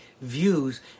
views